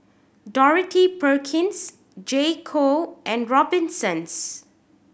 Dorothy Perkins J Co and Robinsons